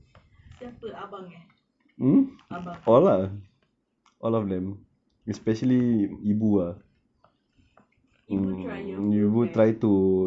siapa abang eh abang ibu try your bag